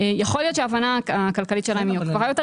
יכול להיות שההבנה הכלכלית שלהם היא גבוהה יותר,